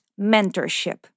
mentorship